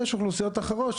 יש אוכלוסיות אחרות,